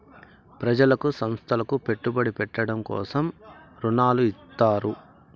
ప్రజలకు సంస్థలకు పెట్టుబడి పెట్టడం కోసం రుణాలు ఇత్తారు